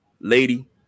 lady